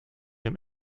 dem